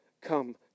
Come